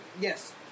Yes